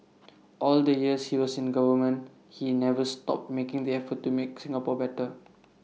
all the years he was in government he never stopped making the effort to make Singapore better